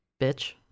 bitch